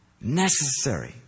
Necessary